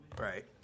Right